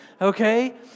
okay